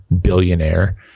billionaire